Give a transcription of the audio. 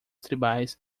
tribais